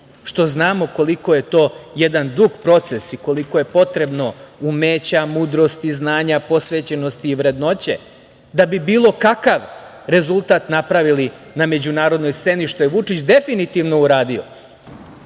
što znamo koliko je to jedan dug proces i koliko je potrebno umeća, mudrosti, znanja, posvećenosti i vrednoće da bi bilo kakav rezultat napravili na međunarodnoj sceni, što je Vučić definitivno uradio